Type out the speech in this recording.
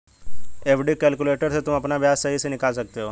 FD calculator से तुम अपना ब्याज सही से निकाल सकते हो